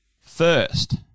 first